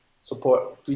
support